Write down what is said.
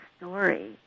story